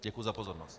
Děkuji za pozornost.